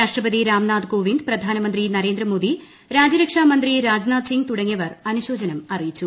രാഷ്ട്രപതി രാംനാഥ് കോവിന്ദ് പ്രധാനമന്ത്രി നരേന്ദ്രമോദി രാജ്യരക്ഷാ മന്ത്രി രാജ്നാഥ് സിംഗ് തുടങ്ങിയവർ അനുശോചനം അറിയിച്ചു